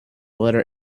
letter